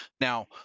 Now